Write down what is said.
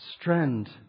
strand